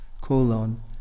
colon